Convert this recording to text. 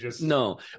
no